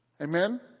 Amen